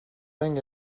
think